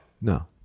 No